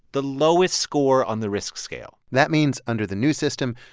the lowest score on the risk scale that means under the new system,